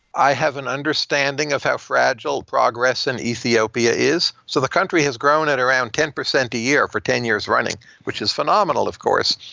i have an understanding of how fragile progress in and ethiopia is. so the country has grown at around ten percent a year for ten years running, which is phenomenal, of course.